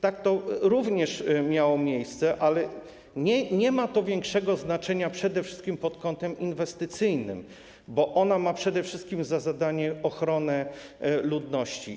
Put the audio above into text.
Takie rzeczy również miały miejsce, ale nie ma to większego znaczenia przede wszystkim pod kątem inwestycyjnym, bo to ma przede wszystkim za zadanie ochronę ludności.